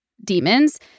demons